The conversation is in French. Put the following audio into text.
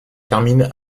termine